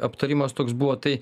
aptarimas toks buvo tai